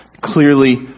Clearly